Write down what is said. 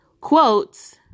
quotes